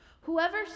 whoever